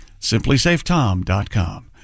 simplysafetom.com